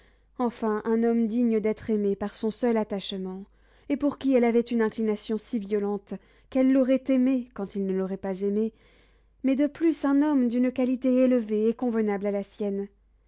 enfin un homme digne d'être aimé par son seul attachement et pour qui elle avait une inclination si violente qu'elle l'aurait aimé quand il ne l'aurait pas aimée mais de plus un homme d'une qualité élevée et convenable à la sienne